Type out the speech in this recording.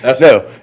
No